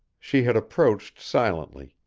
she had approached silently,